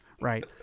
right